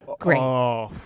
great